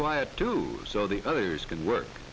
quiet too so the others can work